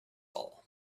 all